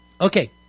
Okay